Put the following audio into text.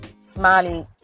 Smiley